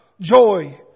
joy